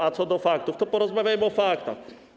A co do faktów to porozmawiajmy o faktach.